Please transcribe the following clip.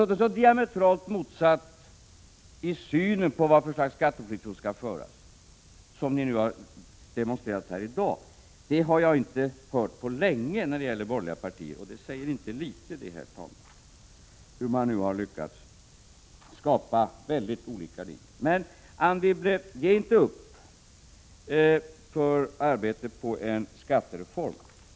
Sådana diametrala motsättningar i synen på vilken slags skattepolitik som skall föras som ni har demonstrerat här i dag har jag inte hört uttryckas på länge från de borgerliga partierna, och det säger inte litet, herr talman. Man har lyckats skapa linjer med mycket olika inriktning. Men, Anne Wibble, ge inte upp arbetet på en skattereform.